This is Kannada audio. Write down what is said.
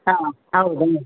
ಹಾಂ ಹೌದು